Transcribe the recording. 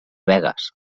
begues